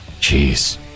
Jeez